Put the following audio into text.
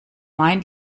mein